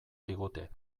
digute